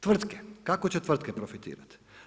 Tvrtke, kako će tvrtke profitirati?